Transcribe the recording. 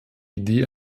idee